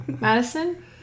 Madison